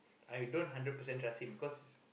I don't hundred percent trust him because